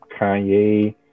Kanye